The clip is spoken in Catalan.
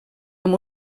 amb